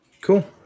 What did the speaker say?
Cool